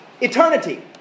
eternity